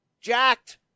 jacked